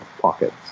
pockets